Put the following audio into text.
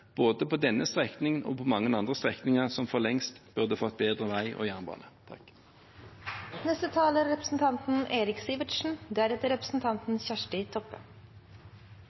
på både denne strekningen og mange andre strekninger som for lengst burde fått bedre vei og jernbane.